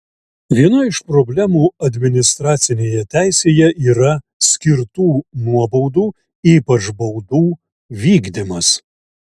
viena iš problemų administracinėje teisėje yra skirtų nuobaudų ypač baudų vykdymas